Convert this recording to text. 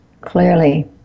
clearly